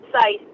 site